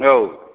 औ